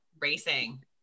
racing